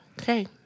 okay